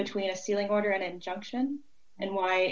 between a ceiling order an injunction and why